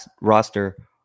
roster